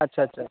আচ্ছা আচ্ছা